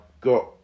got